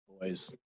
boys